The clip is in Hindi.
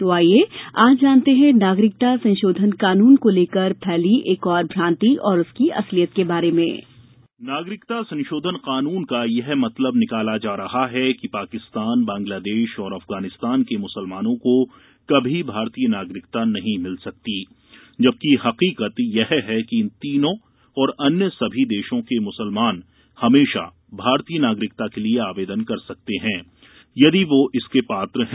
तो आईये आज जानते हैं नागरिकता संशोधन कानून को लेकर फैली एक और भ्रान्ति और उसकी असलियत के बारे में नागरिकता संशोधन कानून का यह मतलब निकाला जा रहा है कि पाकिस्तान बांग्लादेश और अफगानिस्तान के मुसलमानों को कभी भारतीय नागरिकता नहीं मिल सकती जबकि हकीकत यह है कि इन तीनों और अन्य सभी देशों के मुसलमान हमेशा भारतीय नागरिकता के लिए आवेदन कर सकते हैं यदि वो इसके पात्र हैं